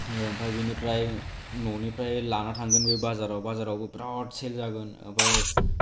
ओमफ्राय बिनिफ्राय न'निफ्राय लाना थांगोनबो बाजाराव बाजारावबो बिरात सेल जागोन ओमफ्राय